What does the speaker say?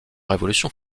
révolution